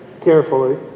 carefully